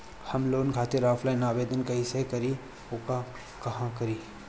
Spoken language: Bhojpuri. हम लोन खातिर ऑफलाइन आवेदन कइसे करि अउर कहवा करी?